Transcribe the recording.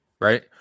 Right